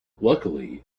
luckily